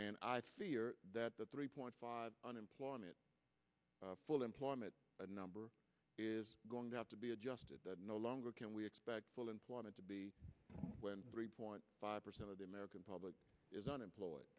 and that the three point five unemployment full employment number is going to have to be adjusted no longer can we expect full employment to be when three point five percent of the american public is unemployed